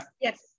Yes